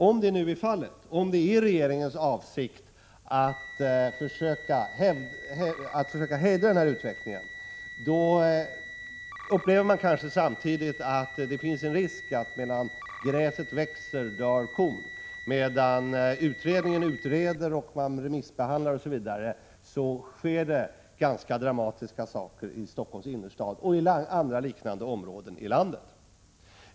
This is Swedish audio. Om det är regeringens avsikt att försöka hejda utvecklingen på det här området, upplever man samtidigt att det finns en risk för att medan gräset växer dör kon. Medan utredningen utreder, medan förslagen remissbehandlas osv., sker det ganska dramatiska saker i Stockholms innerstad och i andra liknande områden i landet.